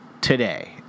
today